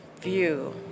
view